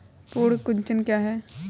पर्ण कुंचन क्या है?